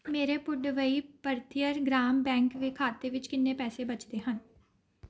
ਮੇਰੇ ਪੁਡਵਈ ਪਰਥੀਅਰ ਗ੍ਰਾਮ ਬੈਂਕ ਵ ਖਾਤੇ ਵਿੱਚ ਕਿੰਨੇ ਪੈਸੇ ਬਚਦੇ ਹਨ